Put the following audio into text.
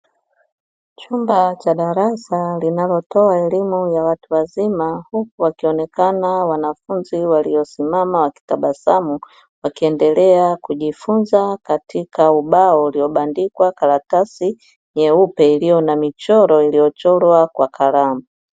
Chumba cha darasa linalotoa elimu ya watu wazima, huku wakionekana wanafunzi waliosimama wakitabasamu wakiendelea kujifunza katika ubao uliobandikwa karatasi nyeupe, iliyo na michoro iliyochorwa kwa kalamu.